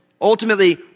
ultimately